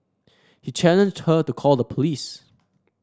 he challenged her to call the police